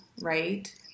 right